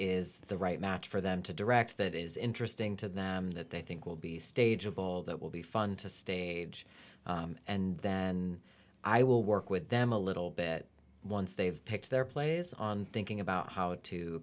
is the right match for them to direct that is interesting to them that they think will be stage a ball that will be fun to stage and then i will work with them a little bit once they've picked their plays on thinking about how to